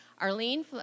Arlene